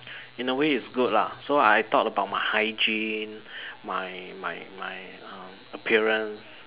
in a way it's good lah so I thought about my hygiene my my my um appearance